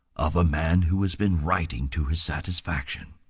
of a man who has been writing to his satisfaction.